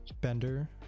bender